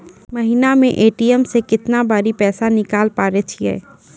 महिना मे ए.टी.एम से केतना बेरी पैसा निकालैल पारै छिये